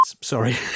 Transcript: sorry